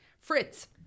Fritz